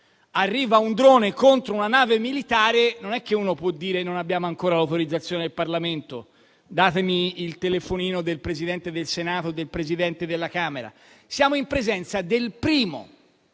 arriva un drone contro una nave militare, non si può dire: non abbiamo ancora l'autorizzazione del Parlamento, datemi il telefonino del Presidente del Senato o del Presidente della Camera. Siamo in presenza del primo